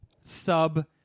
sub